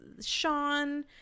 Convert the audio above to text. Sean